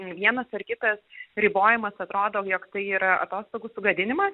vienas ar kitas ribojimas atrodo jog tai yra atostogų sugadinimas